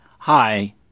Hi